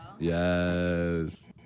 Yes